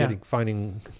finding